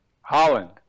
Holland